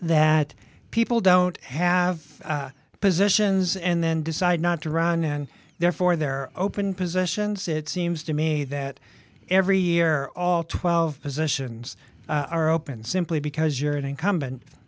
that people don't have positions and then decide not to run and therefore their open positions it seems to me that every year all twelve positions are open simply because you're an incumbent